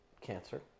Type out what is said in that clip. cancer